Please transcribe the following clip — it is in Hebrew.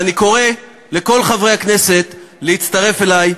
אני קורא לכל חברי הכנסת להצטרף אלי.